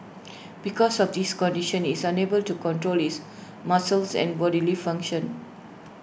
because of this condition is unable to control his muscles and bodily functions